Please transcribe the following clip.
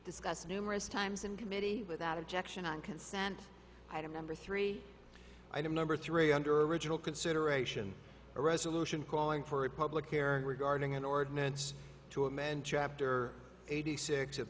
discussed numerous times in committee without objection on consent item number three item number three under original consideration a resolution calling for a public hearing regarding an ordinance to amend chapter eighty six of